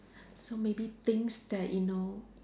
so maybe things that you know